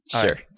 Sure